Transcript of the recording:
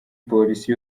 polisi